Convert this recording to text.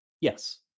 Yes